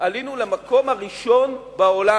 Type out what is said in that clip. עלינו למקום הראשון בעולם.